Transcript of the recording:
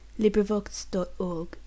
LibriVox.org